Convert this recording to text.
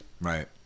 Right